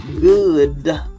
Good